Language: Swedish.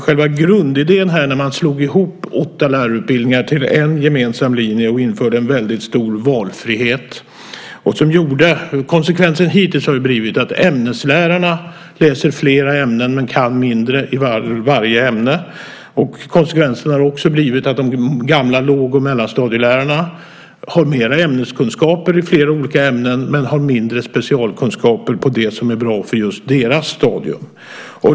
Konsekvensen av att man slog ihop åtta lärarutbildningar till en gemensam linje och införde stor valfrihet har ju hittills blivit att ämneslärare läser fler ämnen, och de kan mindre i varje ämne. Konsekvensen har också blivit att de tidigare låg och mellanstadielärarna har mer ämneskunskaper i olika ämnen men mindre specialkunskaper på det som är bra för just deras stadium.